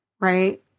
right